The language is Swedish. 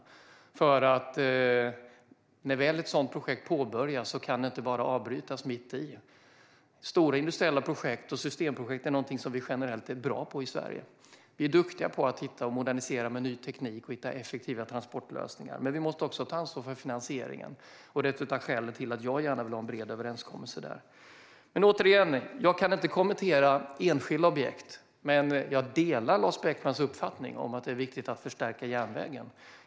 När ett sådant projekt väl påbörjas kan det nämligen inte bara avbrytas mitt i. Stora industriella projekt och systemprojekt är någonting som vi generellt är bra på i Sverige. Vi är duktiga på att hitta och modernisera med ny teknik och hitta effektiva transportlösningar. Men vi måste också ta ansvar för finansieringen. Det är ett av skälen till att jag gärna vill ha en bred överenskommelse där. Återigen: Jag kan inte kommentera enskilda objekt, men jag delar Lars Beckmans uppfattning att det är viktigt att förstärka järnvägen.